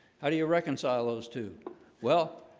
how do you reconcile those two well?